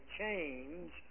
change